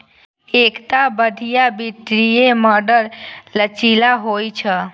एकटा बढ़िया वित्तीय मॉडल लचीला होइ छै